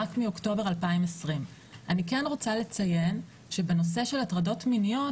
רק מאוקטובר 2020. אני כן רוצה לציין שבנושא של הטרדות מיניות